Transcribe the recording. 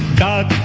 da